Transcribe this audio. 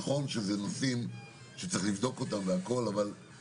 נכון שאלה נושאים שצריך לבדוק אותם אבל לדעתי